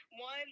one